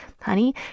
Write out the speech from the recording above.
honey